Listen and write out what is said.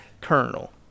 Colonel